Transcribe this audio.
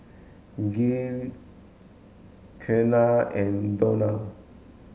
Gael Keanna and Donell